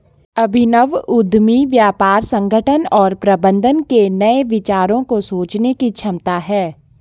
अभिनव उद्यमी व्यापार संगठन और प्रबंधन के नए विचारों को सोचने की क्षमता है